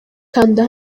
kanda